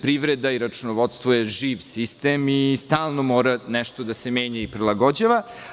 Privreda i računovodstvo su živ sistem i stalno mora nešto da se menja i prilagođava.